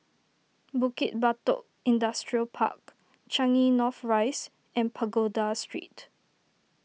Bukit Batok Industrial Park Changi North Rise and Pagoda Street